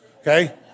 okay